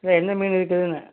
இல்லை என்ன மீன் இருக்குதுன்ன